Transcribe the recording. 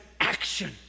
action